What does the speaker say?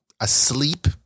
asleep